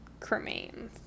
cremains